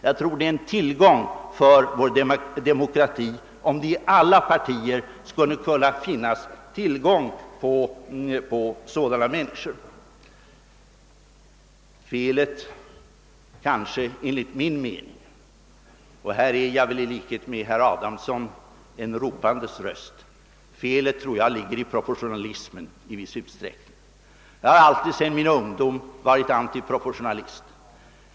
Jag tror att det vore en tillgång för vår demokrati om det i alla partier fanns sådana människor. Felet tror jag — och på denna punkt är jag väl i likhet med herr Adamsson en ropandes röst — i viss utsträckning ligger i proportionalismen. Jag har alltsedan min ungdom varit antiproportionalist.